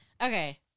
Okay